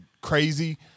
crazy